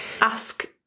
Ask